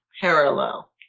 parallel